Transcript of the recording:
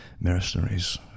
mercenaries